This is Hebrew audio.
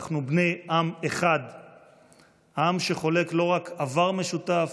אנחנו בני עם אחד עם שחולק לא רק עבר משותף,